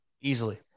easily